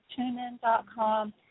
TuneIn.com